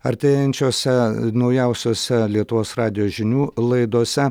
artėjančiose naujausiose lietuvos radijo žinių laidose